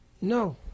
No